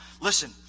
Listen